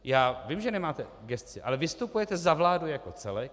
Já vím, že nemáte v gesci, ale vystupujete za vládu jako celek.